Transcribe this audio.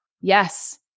Yes